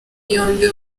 yombi